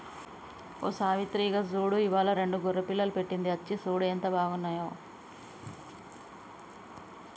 ఓ సావిత్రి ఇగో చూడు ఇవ్వాలా రెండు గొర్రె పిల్లలు పెట్టింది అచ్చి సూడు ఎంత బాగున్నాయో